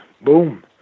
boom